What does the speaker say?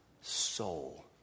soul